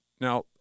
Now